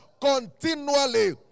continually